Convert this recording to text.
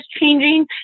changing